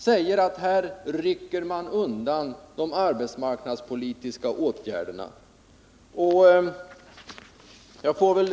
Han säger att här rycker man undan de arbetsmarknadspolitiska åtgärderna.